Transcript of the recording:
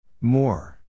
More